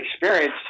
experience